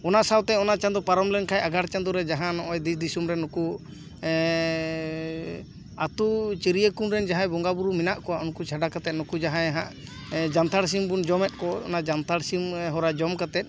ᱚᱱᱟ ᱥᱟᱶᱛᱮ ᱚᱱᱟ ᱪᱟᱸᱫᱳ ᱯᱟᱨᱚᱢ ᱞᱮᱱᱠᱷᱟᱡ ᱟᱜᱷᱟᱬ ᱪᱟᱸᱫᱳ ᱨᱮ ᱡᱟᱦᱟᱸ ᱱᱚᱜ ᱚᱭ ᱫᱮᱥ ᱫᱤᱥᱚᱢ ᱨᱮ ᱱᱩᱠᱩ ᱟᱛᱳ ᱪᱟᱹᱨᱭᱟᱹ ᱠᱩᱱ ᱨᱮᱱ ᱡᱟᱦᱟᱸᱭ ᱵᱚᱸᱜᱟ ᱵᱳᱨᱳ ᱢᱮᱱᱟᱜ ᱠᱚᱣᱟ ᱩᱱᱠᱩ ᱪᱷᱟᱰᱟ ᱠᱟᱛᱮᱜ ᱱᱩᱠᱩ ᱡᱟᱦᱟᱸᱭ ᱦᱟᱸᱜ ᱡᱟᱱᱛᱷᱟᱲ ᱥᱤᱢ ᱵᱚᱱ ᱡᱚᱢᱮᱫ ᱠᱚ ᱚᱱᱟ ᱡᱟᱱᱛᱷᱟᱲ ᱥᱤᱢ ᱦᱚᱨᱟ ᱡᱚᱢ ᱠᱟᱛᱮᱫ